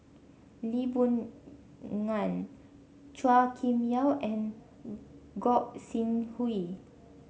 Lee Boon Ngan Chua Kim Yeow and Gog Sing Hooi